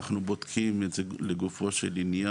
אנחנו בודקים את זה לגופו של עניין,